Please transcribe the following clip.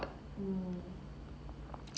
mm